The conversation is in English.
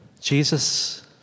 Jesus